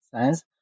science